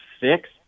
six